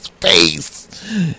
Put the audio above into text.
face